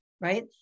right